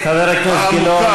חבר הכנסת גילאון.